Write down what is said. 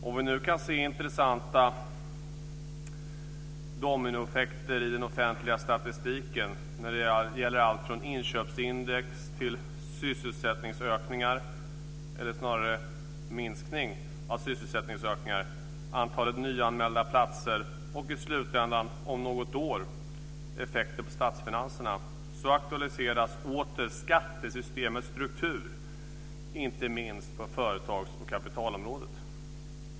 Om vi nu kan se intressanta dominoeffekter i den offentliga statistiken - när det gäller allt från inköpsindex till sysselsättningsökning, eller snarare minskning av sysselsättningsökningen, antalet nyanmälda platser och i slutändan, om något år, effekter på statsfinanserna - aktualiseras åter skattesystemets struktur, inte minst på företags och kapitalområdet.